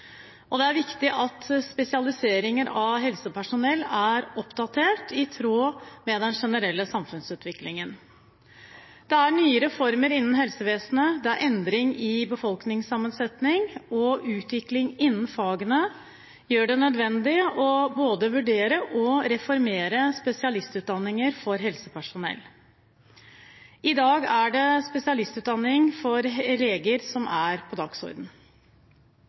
helsetjenesten. Det er viktig at spesialiseringen av helsepersonell er oppdatert i tråd med den generelle samfunnsutviklingen. Det er nye reformer innen helsevesenet, det er endring i befolkningssammensetningen, og utvikling innen fagene gjør det nødvendig både å vurdere og reformere spesialistutdanninger for helsepersonell. I dag er det spesialistutdanning for leger som er på